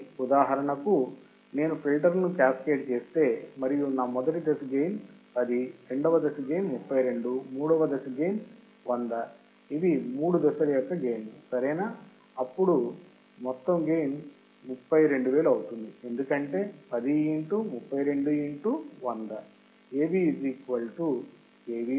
కానీ ఉదాహరణకి నేను నా ఫిల్టర్లను క్యాస్కేడ్ చేస్తే మరియు నా మొదటి దశ గెయిన్ 10 రెండవ దశ గెయిన్ 32 మూడవ దశ గెయిన్ 100 ఇవి మూడు దశల యొక్క గెయిన్ లు సరేనా అయితే అప్పుడు మొత్తం గెయిన్ 32000 అవుతుంది ఎందుకంటే 10 X 32 X 100